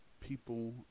People